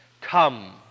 Come